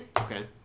okay